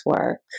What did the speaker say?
work